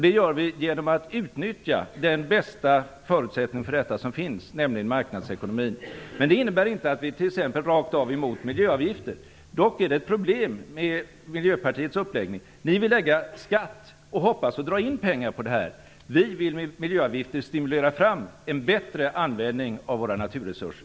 Det gör vi genom att utnyttja den bästa förutsättning för detta som finns, nämligen marknadsekonomin. Men det innebär inte att vi t.ex. rakt av är emot miljöavgifter. Dock är det ett problem med Miljöpartiets uppläggning. Ni vill lägga skatt och hoppas dra in pengar på det här. Vi vill med miljöavgifter stimulera fram en bättre användning av våra naturresurser.